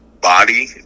body